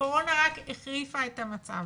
הקורונה רק החריפה את המצב.